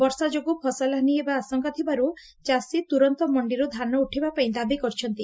ବର୍ଷା ଯୋଗୁଁ ଫସଲ ହାନୀ ହେବା ଆଶଙ୍କା ଥିବାରୁ ଚାଷୀ ତୁରନ୍ତ ମଣ୍ଣିରୁ ଧାନ ଉଠିବା ପାଇଁ ଦାବି କରିଛନ୍ତି